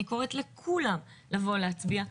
אני קוראת לכולם לבוא להצביע.